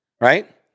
right